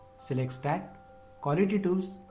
so like stat quality tools